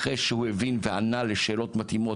אחרי שהוא הבין וענה לשאלות מתאימות